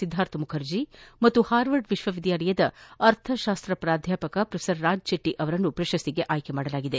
ಸಿದ್ದಾರ್ಥ ಮುಖರ್ಜಿ ಮತ್ತು ಹಾರ್ವರ್ಡ್ ವಿಶ್ವವಿದ್ಯಾಲಯದ ಅರ್ಥಶಾಸ್ತ ಪ್ರಾಧ್ವಾಪಕ ಪ್ರೊಫೆಸರ್ ರಾಜ್ ಚೆಟ್ಟಿ ಅವರನ್ನು ಪ್ರಶಸ್ತಿಗೆ ಆಯ್ಲೆ ಮಾಡಲಾಗಿದೆ